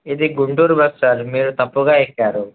ఇది Guntur bus sir మీరు తప్పుగా ఎక్కారు